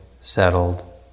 settled